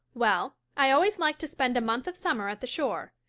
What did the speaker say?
well, i always like to spend a month of summer at the shore,